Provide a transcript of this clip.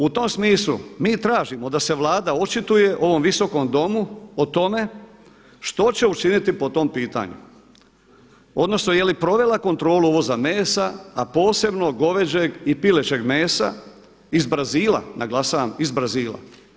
U tom smislu, mi tražimo da se Vlada očituje u ovom Visokom domu o tome što će učiniti po tom pitanju, odnosno je li provela kontrolu uvoza mesa a posebno goveđeg i pilećeg mesa, iz Brazila, naglašavam iz Brazila?